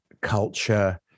culture